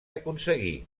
aconseguir